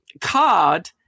Card